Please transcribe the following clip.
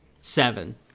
seven